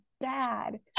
bad